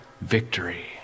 victory